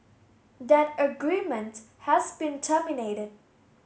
that agreement has been terminated